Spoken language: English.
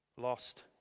Lost